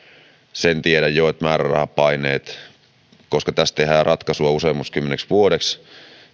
sen tiedän jo että määrärahapaine koska tässä tehdään ratkaisua useammaksi kymmeneksi vuodeksi